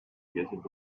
getting